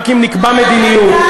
רק אם נקבע מדיניות.